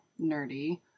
nerdy